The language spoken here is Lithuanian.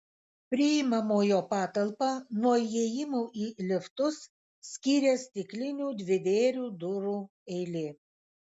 priimamojo patalpą nuo įėjimų į liftus skyrė stiklinių dvivėrių durų eilė